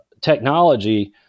technology